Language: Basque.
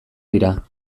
dira